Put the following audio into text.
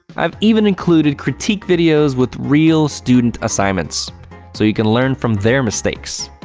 i've even included critique videos with real student assignments so you can learn from their mistakes.